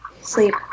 sleep